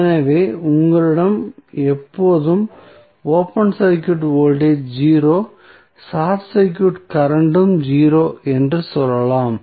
எனவே உங்களிடம் எப்போதும் open circuit voltage 0 short circuit கரண்ட்டும் 0 என்று சொல்லலாம்